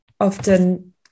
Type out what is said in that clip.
often